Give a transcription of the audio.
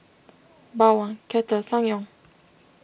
Bawang Kettle Ssangyong